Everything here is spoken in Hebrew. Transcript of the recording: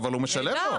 אבל הוא משלם לו.